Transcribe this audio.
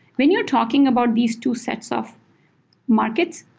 when you're talking about these two sets of markets,